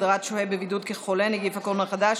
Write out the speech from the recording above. הגדרת שוהה בבידוד כחולה) (נגיף הקורונה החדש),